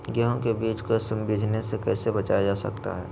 गेंहू के बीज को बिझने से कैसे बचाया जा सकता है?